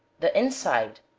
the inside,